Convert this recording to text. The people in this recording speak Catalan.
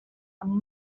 amb